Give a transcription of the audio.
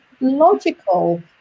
logical